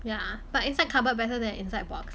ya but inside cupboard better than inside box